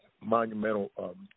monumental